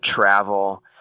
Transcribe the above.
travel